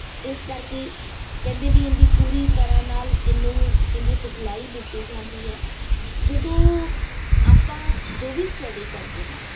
ਇਸ ਕਰਕੇ ਕਹਿੰਦੇ ਵੀ ਇਹਦੀ ਪੂਰੀ ਤਰ੍ਹਾਂ ਨਾਲ ਇਹਨੂੰ ਇਹਦੀ ਸਿਖਲਾਈ ਦਿੱਤੀ ਜਾਂਦੀ ਹੈ ਜਦੋਂ ਆਪਾਂ ਜੋ ਵੀ ਸਟਡੀ ਕਰਦੇ ਆਂ